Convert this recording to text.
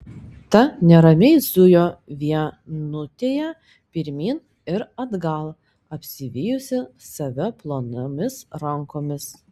ta neramiai zujo vienutėje pirmyn ir atgal apsivijusi save plonomis rankomis